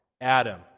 Adam